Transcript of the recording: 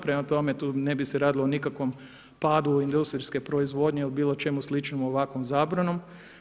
Prema tome, tu ne bi se radilo o nikakvom padu industrijske proizvodnje ili bilo čemu sličnom ovakvom zabranom.